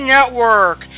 Network